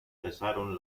cesaron